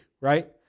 right